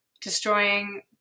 destroying